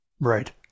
Right